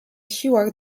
siłach